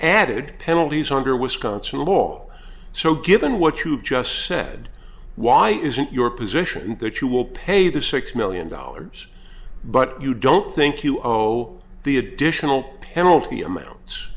added penalties under wisconsin law so given what you've just said why is it your position that you will pay the six million dollars but you don't think you owe the additional penalty amounts